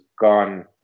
gone